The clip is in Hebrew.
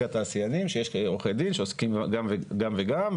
התעשיינים שיש עורכי דין שעוסקים גם וגם,